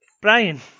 Brian